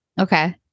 Okay